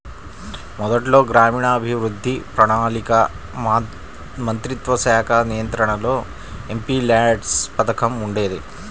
మొదట్లో గ్రామీణాభివృద్ధి, ప్రణాళికా మంత్రిత్వశాఖ నియంత్రణలో ఎంపీల్యాడ్స్ పథకం ఉండేది